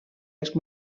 els